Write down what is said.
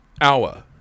hour